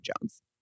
Jones